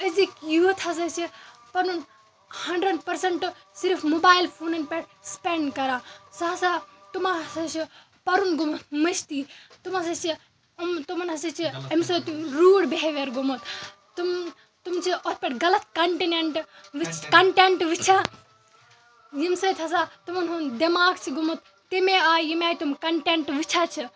أزِکۍ یوٗتھ ہَسا چھِ پَنُن ہَنڈرڑ پٔرسَنٹ صرف موبَایِل فونَن پٮ۪ٹھ سُپیٚنڑ کَران سُہ ہَسا تِمَن ہَسا چھِ پَرُن گومُت مٔشتٕے تِم ہَسا چھِ تِمَن ہَسا چھِ اَمہِ سۭتۍ روٗڑ بِہیویَر گومُت تِم تِم چھِ اَتھ پٮ۪ٹھ غلط کَنٹِنٮ۪نٹہٕ کَنٹٮ۪نٹ وٕچھان یمہِ سۭتۍ ہَسا تِمَن ہُنٛد دٮ۪ماغ چھُ گومُت تَمے آیہِ یمہِ آیہِ تِم کَنٹٮ۪نٹ وُچھان چھِ